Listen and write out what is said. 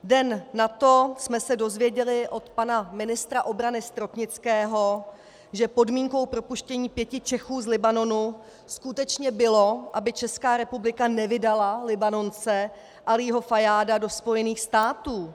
Den nato jsme se dozvěděli od pana ministra obrany Stropnického, že podmínkou propuštění pěti Čechů z Libanonu skutečně bylo, aby Česká republika nevydala Libanonce Alího Fajáda do Spojených států.